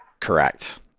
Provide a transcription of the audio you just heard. correct